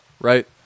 right